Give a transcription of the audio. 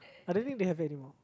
I don't think they have it anymore